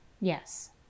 Yes